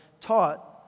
taught